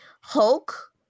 Hulk